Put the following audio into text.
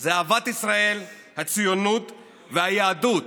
זה אהבת ישראל, הציונות והיהדות,